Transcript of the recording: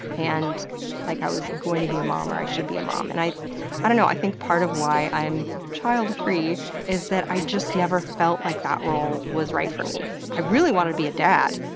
and like i was going to be a mom, or i should be a mom. and i i don't know, i think part of why i'm child free is that i just never felt like that role was right for me. i really wanted to be a dad,